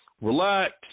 relax